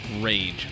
rage